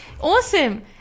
awesome